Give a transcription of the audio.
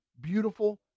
beautiful